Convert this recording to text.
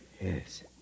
Yes